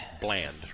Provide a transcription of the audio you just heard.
Bland